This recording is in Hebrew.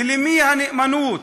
ולמי הנאמנות?